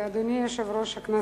אדוני יושב-ראש הכנסת,